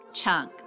chunk